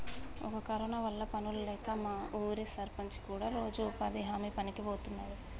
ఈ కరోనా వల్ల పనులు లేక మా ఊరి సర్పంచి కూడా రోజు ఉపాధి హామీ పనికి బోతున్నాడు